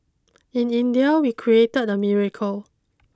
in India we created a miracle